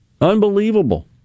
Unbelievable